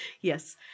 yes